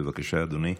בבקשה, אדוני,